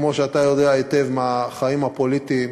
כמו שאתה יודע היטב מהחיים הפוליטיים,